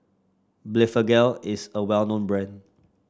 Blephagel is a well known brand